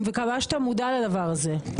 אני מקווה שאתה מודע לדבר הזה.